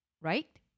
right